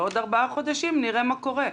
ועוד ארבעה חודשים נראה מה קורה.